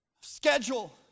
schedule